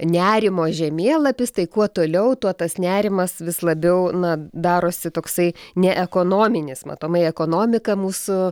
nerimo žemėlapis tai kuo toliau tuo tas nerimas vis labiau na darosi toksai ne ekonominis matomai ekonomika mūsų